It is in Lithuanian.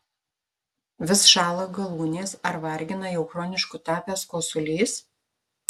vis šąla galūnės ar vargina jau chronišku tapęs kosulys